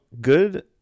good